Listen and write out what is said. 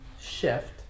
shift